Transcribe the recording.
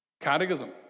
Catechism